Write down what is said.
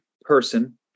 person